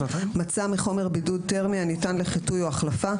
מצע מחומר בידוד תרמי הניתן לחיטוי או החלפה,